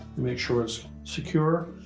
make sure it's secure.